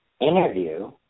interview